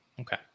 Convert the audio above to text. Okay